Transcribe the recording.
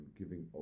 giving